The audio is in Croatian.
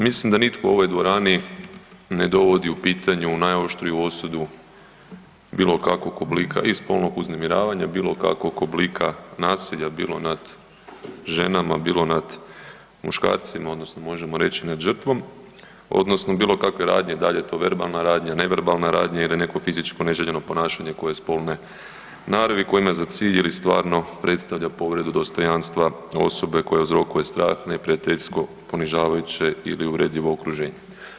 Mislim da nitko u ovoj dvorani ne dovodi u pitanju u najoštriju osudu bilo kakvog oblika i spolnog uznemiravanja bilo kakvog oblika nasilja, bilo nad ženama, bilo nad muškarcima odnosno možemo reći nad žrtvom odnosno bilo kakve radnje dal je to verbalna radnja, neverbalna radnja ili neko fizičko neželjeno ponašanje koje je spolne naravi koje ima za cilj ili stvarno predstavlja povredu dostojanstva osobe koje uzrokuje strah, neprijateljsko ponižavajuće ili uvredljivo okruženje.